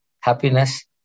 happiness